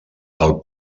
del